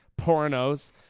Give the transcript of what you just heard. pornos